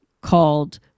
called